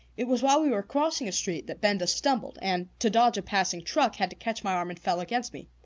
it was while we were crossing a street that benda stumbled, and, to dodge a passing truck, had to catch my arm, and fell against me.